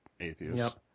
atheists